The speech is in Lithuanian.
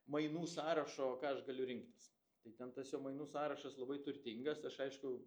mainų sąrašo ką aš galiu rinktis tai ten tas jo mainų sąrašas labai turtingas aš aišku